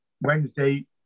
Wednesday